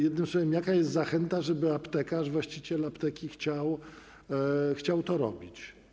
Jednym słowem, jaka jest zachęta, żeby aptekarz, właściciel apteki chciał to robić?